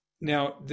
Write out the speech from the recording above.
Now